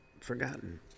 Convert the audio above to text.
forgotten